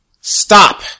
Stop